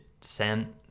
sent